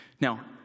Now